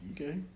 Okay